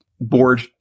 board